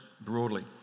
broadly